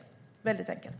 Det är väldigt enkelt.